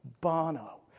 Bono